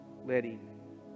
letting